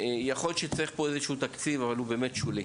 יכול להיות שצריך פה איזה שהוא תקציב אבל זה באמת שולי.